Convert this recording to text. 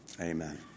Amen